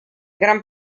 gran